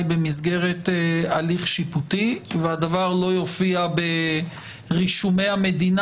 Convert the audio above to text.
במסגרת הליך שיפוטי והדבר לא יופיע ברישומי המדינה.